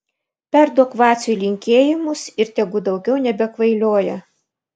perduok vaciui linkėjimus ir tegu daugiau nebekvailioja